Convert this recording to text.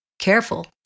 Careful